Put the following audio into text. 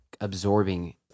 absorbing